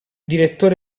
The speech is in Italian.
direttore